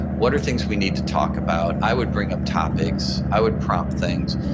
what are things we need to talk about? i would bring up topics, i would prompt things.